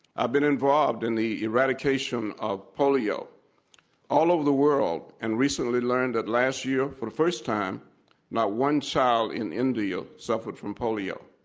i've been involved in the eradication of polio, and all over the world, and recently learned that last year for the first time not one child in india suffered from polio.